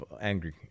angry